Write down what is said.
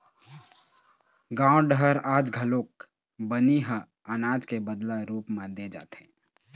गाँव डहर आज घलोक बनी ह अनाज के बदला रूप म दे जाथे